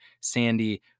Sandy